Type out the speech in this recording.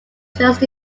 just